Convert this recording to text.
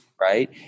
right